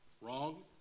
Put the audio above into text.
Wrong